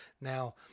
Now